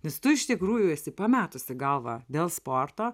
nes tu iš tikrųjų esi pametusi galvą dėl sporto